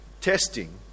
testing